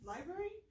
Library